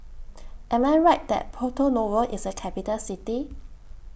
Am I Right that Porto Novo IS A Capital City